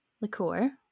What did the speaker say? liqueur